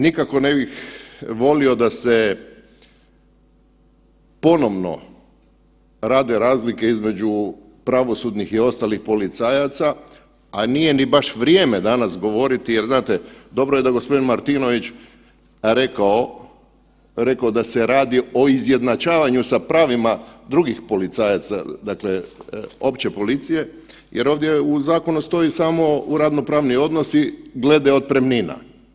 Nikako ne bih volio da se ponovno rade razlike između pravosudnih i ostalih policajaca, a nije ni baš vrijeme danas govoriti jer znate dobro je da g. Martinović rekao, reko da se radi o izjednačavanju sa pravima drugih policajaca, dakle opće policije jer ovdje u zakonu stoji samo u radno pravni odnosi glede otpremnina.